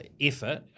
effort